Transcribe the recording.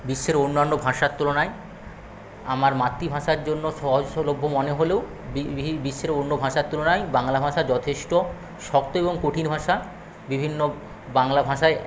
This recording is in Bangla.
বিশ্বের অন্যান্য ভাষার তুলনায় আমার মাতৃভাষার জন্য সহজলভ্য মনে হলেও বিশ্বের অন্য ভাষার তুলনায় বাংলা ভাঁষা যথেষ্ট শক্ত এবং কঠিন ভাঁষা বিভিন্ন বাংলা ভাষায়